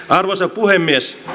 arvoisa puhemies